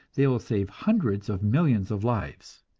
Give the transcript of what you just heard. they will save hundreds of millions of lives.